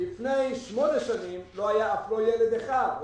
לפני 8 שנים לא היה ילד אחד.